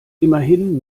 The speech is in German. immerhin